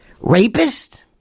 rapist